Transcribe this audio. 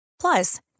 Plus